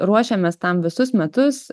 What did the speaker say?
ruošėmės tam visus metus